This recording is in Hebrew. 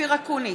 אופיר אקוניס,